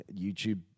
YouTube